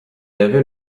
avait